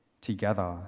together